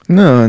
no